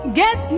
get